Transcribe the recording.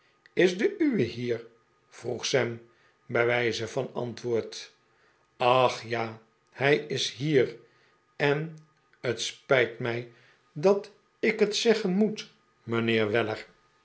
is de uwe hier vroeg sam bij wijze van antwoord ach ja hij is hier en het spijt mij dat ik het zeggen moet mijnheer weller